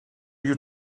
you